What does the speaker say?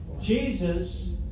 Jesus